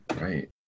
Right